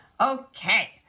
Okay